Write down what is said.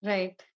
Right